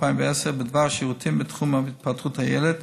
בדבר שירותים בתחום התפתחות הילד,